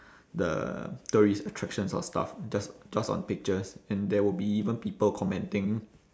the tourist attractions or stuff just just on pictures and there will be even people commenting